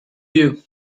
you